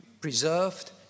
preserved